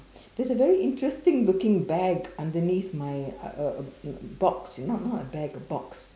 there's a very interesting looking bag underneath my uh uh box you know not a bag a box